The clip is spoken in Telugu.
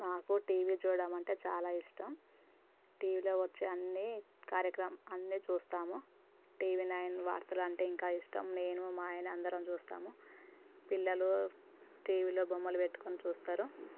మాకు టీవీ చూడడమంటే చాలా ఇష్టం టీవిలో వచ్చే అన్ని కార్యాక్ర అన్నీచూస్తాము టీవీ నైన్ వార్తలంటే ఇంకా ఇష్టం నేను మా ఆయన అందరం చూస్తాము పిల్లలు టీవిలో బొమ్మలు పెట్టుకొని చూస్తారు